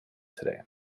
today